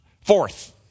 Fourth